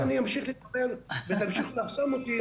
אם אני אמשיך לדבר ותמשיכו לחסום אותי,